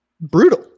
brutal